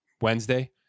Wednesday